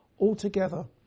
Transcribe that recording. altogether